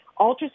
ultrasound